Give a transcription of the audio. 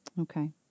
Okay